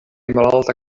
malalta